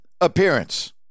appearance